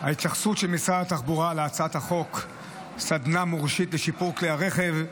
ההתייחסות של משרד התחבורה להצעת חוק סדנה מורשית לשיפור כלי הרכב: